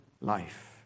life